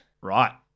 Right